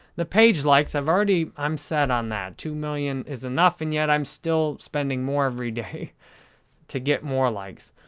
the page likes, i've already, i'm set on that. two million is enough and yet i'm still spending more every day to get more likes.